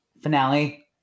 finale